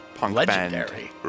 Legendary